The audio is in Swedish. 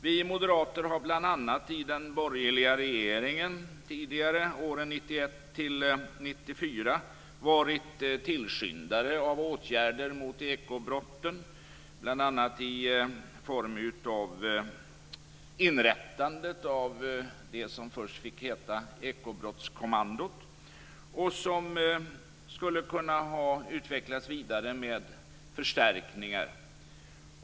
Vi moderater har bl.a. i den borgerliga regeringen åren 1991-94 varit tillskyndare av åtgärder mot ekobrotten t.ex. i form av inrättandet av det som först fick heta ekobrottskommandot och som skulle ha kunnat utvecklas vidare med förstärkningar.